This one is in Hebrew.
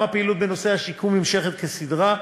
גם הפעילות בנושא השיקום נמשכת כסדרה,